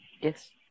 yes